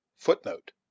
footnote